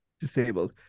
Disabled